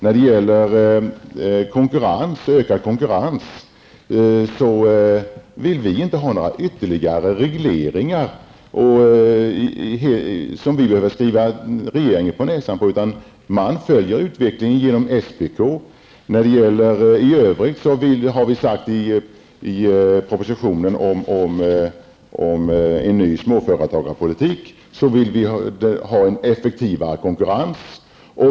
Beträffande ökad konkurrens vill vi inte ha några ytterligare regleringar som vi behöver skriva regeringen på näsan på, utan utvecklingen följs genom SPK. I övrigt har vi sagt i propositionen om en ny småföretagarpolitik att vi vill ha effektivare konkurrens.